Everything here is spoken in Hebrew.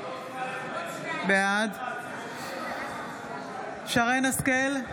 בעד שרן מרים השכל,